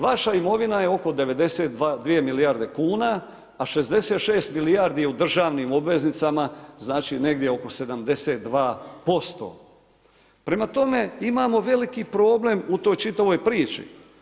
Vaša imovina je oko 92 milijarde kuna a 66 milijardi je u državnim obveznicama, znači negdje oko 72%. prema tome, imamo veliki problem u toj čitavoj priči.